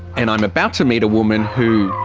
and i'm about to meet a woman who,